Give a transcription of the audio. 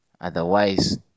Otherwise